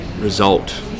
result